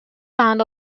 town